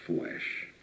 flesh